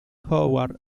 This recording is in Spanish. howard